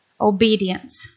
Obedience